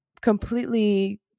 completely